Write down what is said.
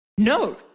No